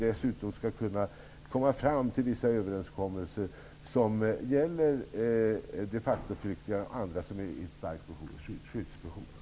Dessutom skall vi försöka komma fram till vissa överenskommelser som gäller de facto-flyktingar och andra som är i starkt skyddsbehov.